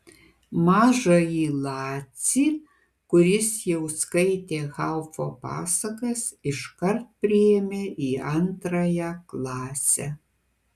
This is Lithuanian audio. mažąjį lacį kuris jau skaitė haufo pasakas iškart priėmė į antrąją klasę